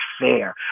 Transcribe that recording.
fair